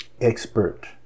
expert